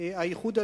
מטעם האיחוד הלאומי,